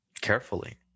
Carefully